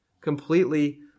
completely